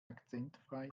akzentfrei